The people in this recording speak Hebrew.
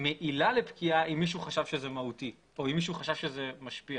מעילה לפקיעה אם מישהו חשב שזה מהותי או אם מישהו חשב שזה משפיע